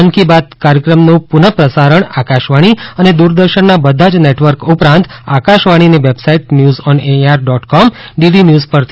મન કી બાત કાર્યક્રમનું પ્રસારણ આકાશવાણી અને દુરદર્શનના બધા જ નેટવર્ક ઉપરાંત આકાશવાણીની website news on air dot com DD news પરથી પણ કરાશે